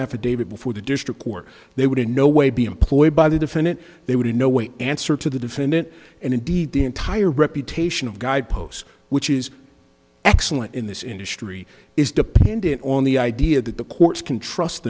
affidavit before the district court they would in no way be employed by the defendant they would in no way answer to the defendant and indeed the entire reputation of guidepost which is excellent in this industry is dependent on the idea that the courts can trust